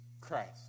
Christ